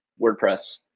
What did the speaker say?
wordpress